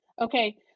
okay